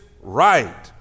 right